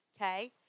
okay